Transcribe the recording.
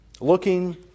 Looking